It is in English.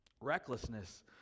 recklessness